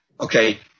Okay